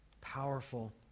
powerful